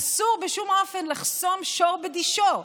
אסור בשום אופן לחסום שור בדישו,